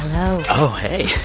um oh, hey.